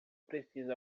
preciso